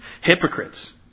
hypocrites